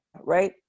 right